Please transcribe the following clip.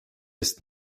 ist